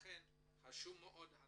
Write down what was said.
לכן חשוב התרגום